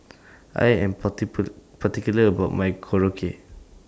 I Am particular about My Korokke